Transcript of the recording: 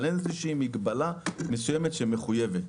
אבל אין איזושהי מגבלה מסוימת שמחויבת,